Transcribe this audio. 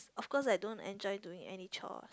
of course I don't enjoy doing any chore